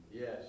Yes